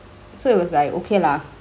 so it was like okay lah